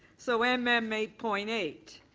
so m m eight point eight.